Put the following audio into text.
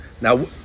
now